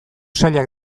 zailak